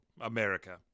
america